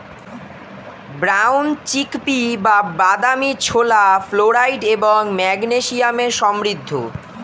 brown chickpea বা বাদামী ছোলা ফ্লোরাইড এবং ম্যাগনেসিয়ামে সমৃদ্ধ